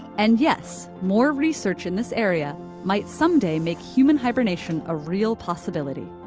and yes, more research in this area might someday make human hibernation a real possibility.